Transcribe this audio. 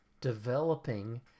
developing